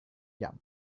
jam